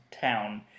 town